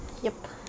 yup